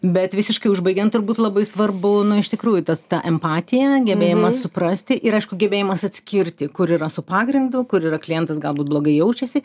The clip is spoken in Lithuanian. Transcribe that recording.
bet visiškai užbaigiant turbūt labai svarbu nu iš tikrųjų tas ta empatija gebėjimas suprasti ir aišku gebėjimas atskirti kur yra su pagrindu kur yra klientas galbūt blogai jaučiasi